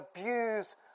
abuse